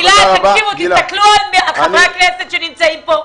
תסתכלו על חברי הכנסת שנמצאים כאן.